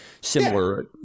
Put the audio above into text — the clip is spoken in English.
similar